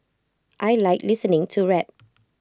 I Like listening to rap